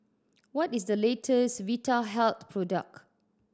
what is the latest Vitahealth product